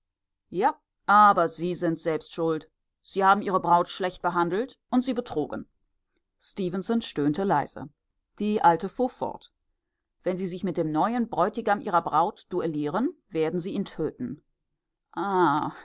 ja aber sie sind selbst schuld sie haben ihre braut schlecht behandelt und sie betrogen stefenson stöhnte leise die alte fuhr fort wenn sie sich mit dem neuen bräutigam ihrer braut duellieren werden sie ihn töten